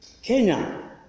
Kenya